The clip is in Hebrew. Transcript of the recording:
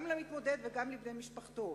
גם למתמודד וגם לבני משפחתו.